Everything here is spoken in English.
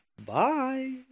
Bye